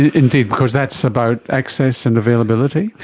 indeed because that's about access and availability.